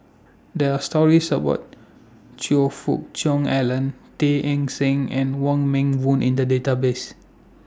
There Are stories about Choe Fook Cheong Alan Tay Eng Soon and Wong Meng Voon in The Database